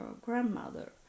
grandmother